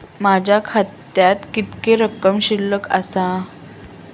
माझ्या खात्यात किती रक्कम शिल्लक आसा?